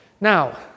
now